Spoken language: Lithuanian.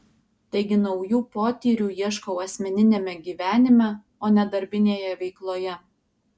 taigi naujų potyrių ieškau asmeniniame gyvenime o ne darbinėje veikloje